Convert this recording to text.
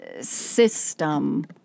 system